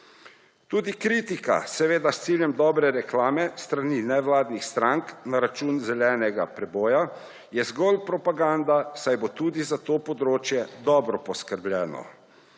Tudi kritika, seveda s ciljem dobre reklame, s strani nevladnih strank na račun zelenega preboja je zgolj propaganda, saj bo tudi za to področje dobro poskrbljeno.